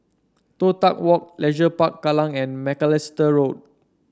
Toh Tuck Walk Leisure Park Kallang and Macalister Road